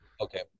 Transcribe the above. okay